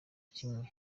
kimwe